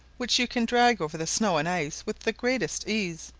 which you can drag over the snow and ice with the greatest ease,